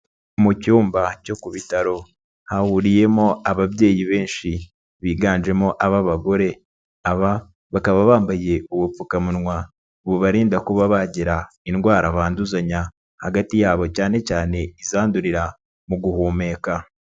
Mu cyumba cyo ku bitaro hahuriyemo ababyeyi benshi biganjemo aba bagore, aba bakaba bambaye ubupfukamunwa bubarinda kuba bagira indwara banduzanya hagati yabo cyane cyane izandurira mu guhumeka.